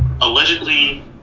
allegedly